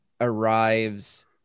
arrives